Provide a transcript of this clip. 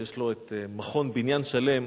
שיש לו את מכון "בניין שלם",